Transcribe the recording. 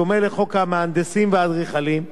בדומה לחוק המהנדסים והאדריכלים,